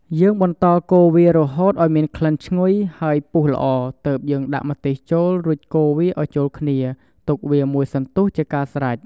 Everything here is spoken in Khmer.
យើងបន្តកូរវារហូតឱ្យមានក្លិនឈ្ងុយ ហើយពុះល្អ ទើបយើងដាក់ម្ទេសចូលរួចកូរវាឱ្យចូលគ្នាទុកវាមួយសន្ទុះជាកាស្រេច។